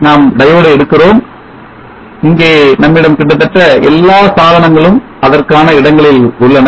நாம் Diode டை எடுக்கிறோம் இங்கே நம்மிடம் கிட்டத்தட்ட எல்லா சாதனங்களும் அதற்கான இடங்களில் உள்ளன